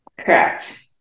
Correct